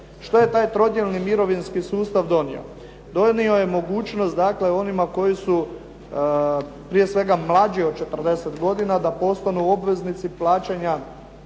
Što je taj trodijelni mirovinski sustav donio? Donio je mogućnost onima koji su prije svega mlađi od 40 godina da postanu obveznici plaćanja